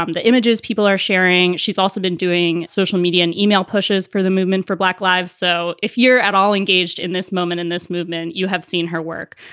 um the images people are sharing. she's also been doing social media and email pushes for the movement for black lives. so if you're at all engaged in this moment, in this movement, you have seen her work.